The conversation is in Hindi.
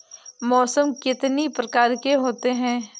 मौसम कितनी प्रकार के होते हैं?